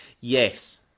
Yes